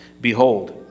Behold